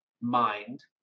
mind